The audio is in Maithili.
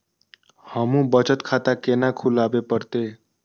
हमू बचत खाता केना खुलाबे परतें?